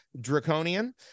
draconian